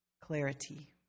clarity